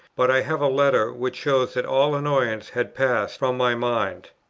but i have a letter which shows that all annoyance had passed from my mind.